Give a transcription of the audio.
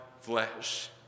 flesh